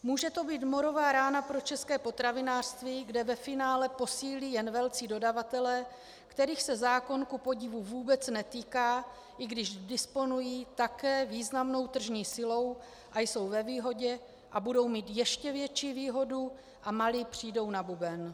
Může to být morová rána pro české potravinářství, kde ve finále posílí jen velcí dodavatelé, kterých se zákon kupodivu vůbec netýká, i když disponují také významnou tržní silou a jsou ve výhodě a budou mít ještě větší výhodu a malí přijdou na buben.